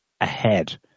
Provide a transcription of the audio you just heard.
ahead